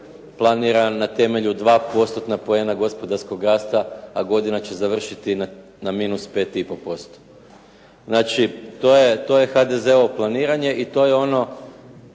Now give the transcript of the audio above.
planiran na temelju 2%-tna poena gospodarskog rasta, a godina će završiti na -5,5%. Znači, to je HDZ-ovo planiranje i to je ono